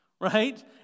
Right